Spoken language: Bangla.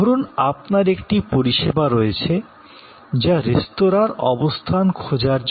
ধরুন আপনার একটি পরিষেবা রয়েছে যা রেস্তোরাঁর অবস্থান খোঁজার জন্য